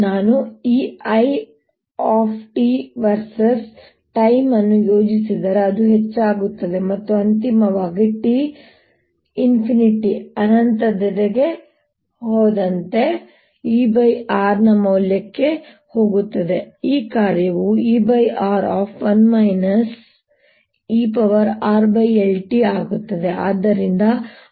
ನಾನು ಈ It versus time ಅನ್ನು ಯೋಜಿಸಿದರೆ ಅದು ಹೆಚ್ಚಾಗುತ್ತದೆ ಮತ್ತು ಅಂತಿಮವಾಗಿ t ಅನಂತತೆಗೆ ಹೋದಂತೆ E R ನ ಮೌಲ್ಯಕ್ಕೆ ಹೋಗುತ್ತದೆ ಮತ್ತು ಈ ಕಾರ್ಯವು R ಆಗಿರುತ್ತದೆ